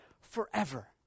forever